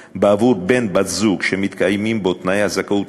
בעבור בן/בת-זוג שמתקיימים בו תנאי הזכאות הקבועים